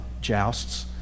jousts